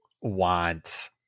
want